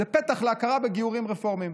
זה פתח להכרה בגיורים רפורמיים.